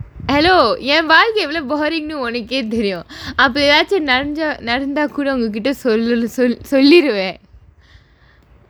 hello என் வாழ்க்கை எவ்வளவு:en vaalkai evvalavu boring னு ஒனக்கே தெரியும் அப்பயாச்சும் நனஞ்சா நடந்தா கூட ஒங்க கிட்ட சொல்லுலு சொல் சொல்லீருவேன்:nu onakkae theriyum appayaachum nananchaa nadanthaa kooda onga kitta sollulu sol solleeruvaen